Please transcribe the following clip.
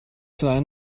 sein